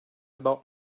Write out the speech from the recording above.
about